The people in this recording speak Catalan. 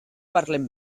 parlem